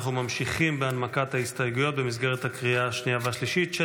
אנחנו ממשיכים בהנמקת ההסתייגויות במסגרת הקריאה השנייה והשלישית של